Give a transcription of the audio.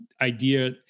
idea